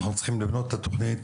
אנחנו צריכים לבנות את התכנית,